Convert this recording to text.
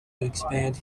expand